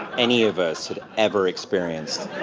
any of us had ever experienced.